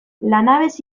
lanabes